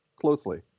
closely